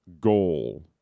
goal